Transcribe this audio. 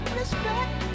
respect